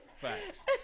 Facts